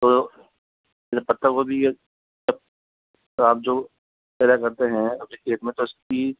तो जो पत्ता गोभी है आप जो पैदा करते हैं अब देखिए इसमें तो उसकी